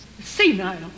Senile